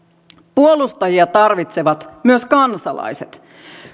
puolustajia tarvitsevat myös kansalaiset